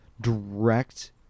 direct